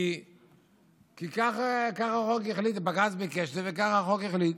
כי כך החוק החליט,